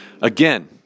Again